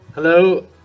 Hello